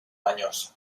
años